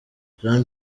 jean